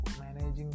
managing